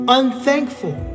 unthankful